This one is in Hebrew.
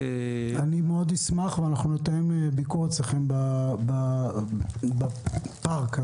אני מאוד אשמח, ונתאם אצלכם ביקור בפארק.